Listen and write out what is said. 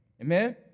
Amen